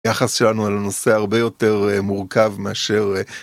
יחס שלנו על הנושא הרבה יותר מורכב מאשר.